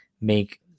make